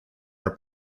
are